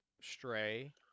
Stray